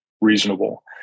reasonable